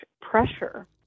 pressure